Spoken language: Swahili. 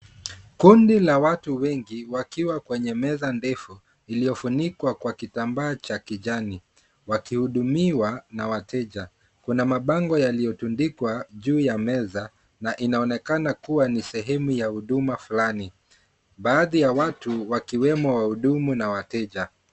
Kundi la watu wengi wakiwa kwenye meza ndefu iliyofunikwa kwa kitambaa cha kijani, wakihudumiwa na wateja. Kuna mabango yaliyotundikwa juu ya meza na inaonekana kuwa ni sehemu ya huduma fulani, baadhi ya watu wakiwemo wahudumu na wateja.